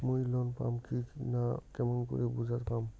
মুই লোন পাম কি না কেমন করি বুঝা পাম?